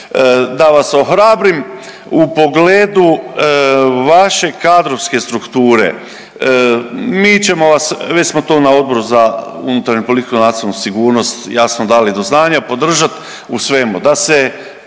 Da vas ohrabrim, u pogledu vaše kadrovske strukture, mi ćemo vas već smo to na Odboru za unutarnju politiku i nacionalnu sigurnost jasno dali do znanja podržat u svemu, da se